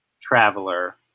Traveler